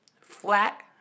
flat